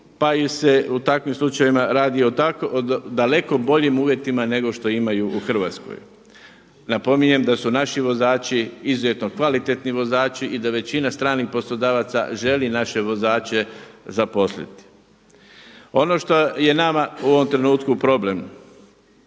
pa se u takvim slučajevima radi o daleko boljim uvjetima nego što imaju u Hrvatskoj. Napominjem da su naši vozači izuzetno kvalitetni vozači i da većina stranih poslodavaca želi naše vozače zaposliti. Ono što je nama u ovom trenutku problem,